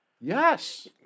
Yes